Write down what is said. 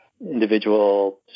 individual